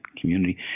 community